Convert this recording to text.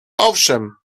owszem